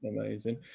Amazing